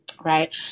right